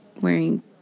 wearing